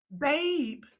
Babe